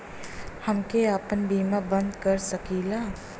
हमके आपन बीमा बन्द कर सकीला?